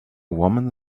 woman